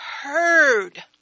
heard